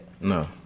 No